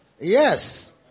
yes